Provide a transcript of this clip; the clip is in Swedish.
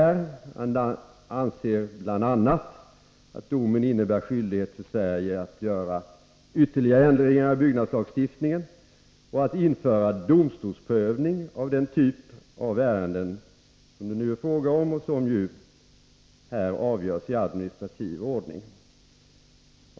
Han anser bl.a. att Europadomstolens dom innebär skyldighet för Sverige att göra ytterligare ändringar i byggnadslagstiftningen och att införa domstolsprövning av den typ av ärende som det är fråga om och som här avgörs i administrativ ordning.